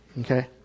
Okay